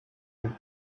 and